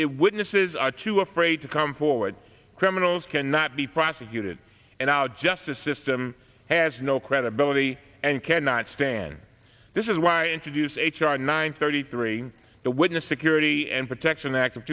is too afraid to come forward criminals cannot be prosecuted and our justice system has no credibility and cannot stand this is why introduce h r nine thirty three the witness security and protection act of